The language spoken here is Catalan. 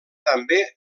també